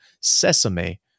Sesame